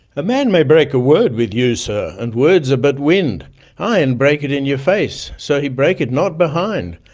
a man may break a word with you, sir, and words are but wind ay, and break it in your face, so he break it not behind,